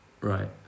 Right